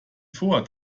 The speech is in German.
vor